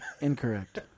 Incorrect